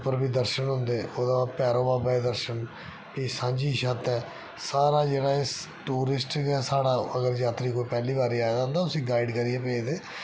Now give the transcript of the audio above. उप्पर बी दर्शन होंदे ओह्दे बाद भैरो बाबा दे दर्शन फ्ही सांझी छत्त ऐ सारा जेह्ड़ा ऐ एह् टूरिस्ट गै साढ़ा अगर यात्री कोई पैहली बारी आए दा होंदा उसी गाइड करियै भेजदे